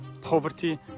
poverty